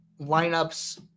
lineups